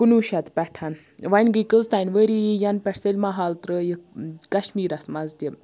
کُنوُہ شَتھ پیٚٹھٕ وۅنۍ گٔے کٔژتام ؤریی یَنہٕ پیٚٹھٕ سینما ہال ترٛٲوِکھ کَشمیٖرَس مَنٛز تہِ